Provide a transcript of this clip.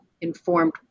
informed